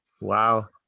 Wow